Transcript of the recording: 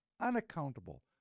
Unaccountable